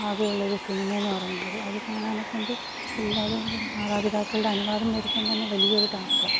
ആകെയുള്ളൊരു സിനിമയെന്ന് പറയുന്നത് അത് കാണാനെക്കൊണ്ട് എല്ലാവരും മാതാപിതാക്കളുടെ അനുവാദം മേടിക്കാൻതന്നെ വലിയൊരു ടാസ്ക്കാണ്